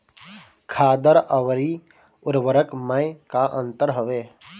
खादर अवरी उर्वरक मैं का अंतर हवे?